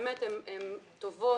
הן טובות,